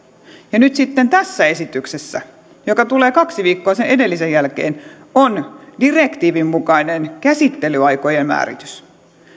nyt sitten tässä esityksessä joka tulee kaksi viikkoa sen edellisen jälkeen on direktiivin mukainen käsittelyaikojen määritys